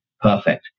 perfect